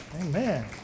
Amen